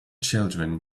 children